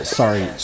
sorry